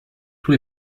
tous